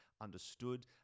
understood